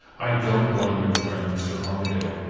i don't blame your friend, mr. armadale.